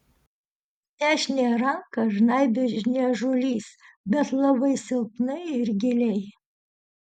dešiniąją ranką žnaibė niežulys bet labai silpnai ir giliai